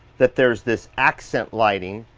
that there's this accent lighting,